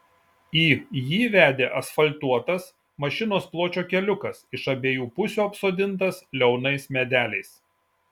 į jį vedė asfaltuotas mašinos pločio keliukas iš abiejų pusių apsodintas liaunais medeliais